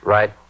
Right